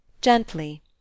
Gently